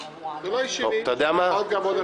--- חבר'ה,